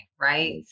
right